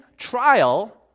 trial